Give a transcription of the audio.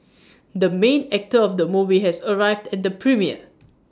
the main actor of the movie has arrived at the premiere